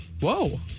Whoa